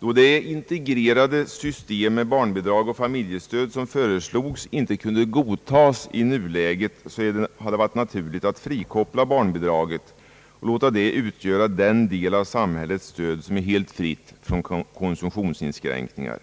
Då det integrerade system med barnbidrag och familjestöd som föreslogs inte kunde godtas i nuläget, har det varit naturligt att frikoppla barnbidraget och låta det utgöra en del av samhällets stöd som är helt fritt från konsumtionsinskränkningar.